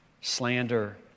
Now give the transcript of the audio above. slander